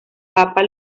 papa